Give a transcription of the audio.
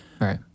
right